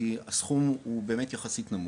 כי הסכום הוא באמת יחסית נמוך,